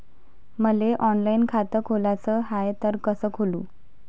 मले ऑनलाईन खातं खोलाचं हाय तर कस खोलू?